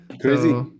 Crazy